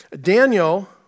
Daniel